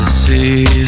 see